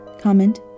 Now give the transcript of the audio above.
comment